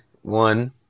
one